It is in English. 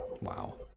wow